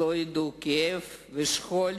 שלא ידעו כאב ושכול,